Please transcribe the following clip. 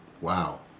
wow